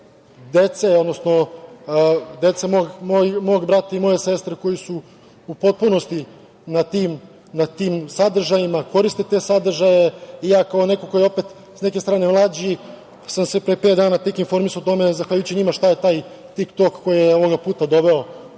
dece, odnosno deca mog brata i moje sestre koji su u potpunosti na tim sadržajima, koriste te sadržaje i ja kao neko ko je opet s neke strane mlađi sam se pre pet dana tek informisao o tome, zahvaljujući njima, šta je taj Tik-Tok, koji je ovoga puta doveo